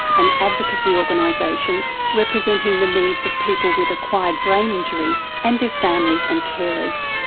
an advocacy organisation representing the needs of people with acquired brain injury and their families and carers.